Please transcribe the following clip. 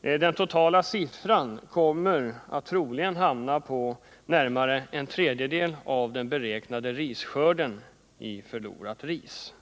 Den totala siffran kommer troligen att hamna på närmare en tredjedel av den beräknade risskörden i förlorat ris.